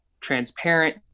transparent